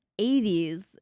80s